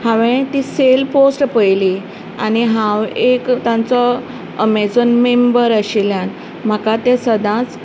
हांवेन ती sale post पळयली आनी हांव एक तांचो अमेजाॅन मेंबर आशिल्ल्यान म्हाका तें सदांच